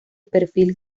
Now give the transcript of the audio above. perfil